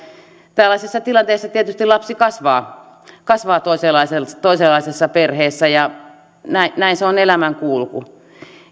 tällaisessa tilanteessa tietysti lapsi kasvaa kasvaa toisenlaisessa toisenlaisessa perheessä ja näin se on elämän kulku